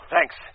Thanks